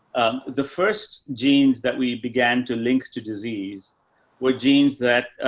the first genes that we began to link to disease were genes that,